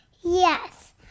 Yes